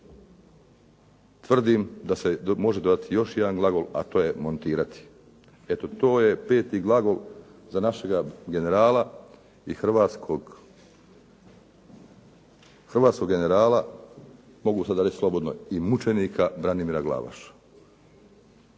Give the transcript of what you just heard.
tvrdim da se može dodati još jedan glagol, a to je montirati. Eto to je peti glagol za našega generala i hrvatskog generala, mogu sada reći slobodno i mučenika Branimira Glavaša.